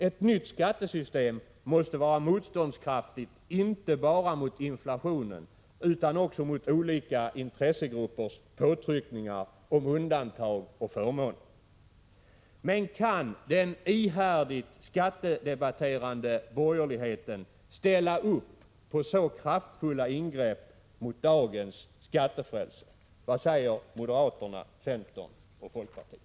Ett nytt skattesystem måste vara motståndskraftigt inte bara mot inflationen utan också mot olika intressegruppers påtryckningar för att få till stånd undantag och förmåner. Kan den ihärdigt skattedebatterande borgerligheten ställa sig bakom så kraftiga ingrepp mot dagens skattefrälse? Vad säger moderaterna, centern och folkpartiet?